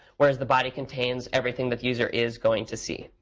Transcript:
whereas, the body contains everything but the user is going to see.